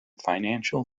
financial